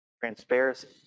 Transparency